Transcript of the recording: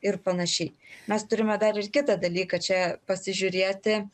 ir panašiai mes turime dar ir kitą dalyką čia pasižiūrėti